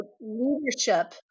leadership